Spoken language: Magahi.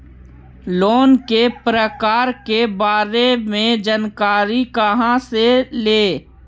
लोन के प्रकार के बारे मे जानकारी कहा से ले?